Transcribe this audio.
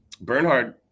Bernhard